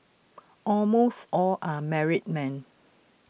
almost all are married men